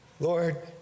Lord